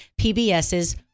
PBS's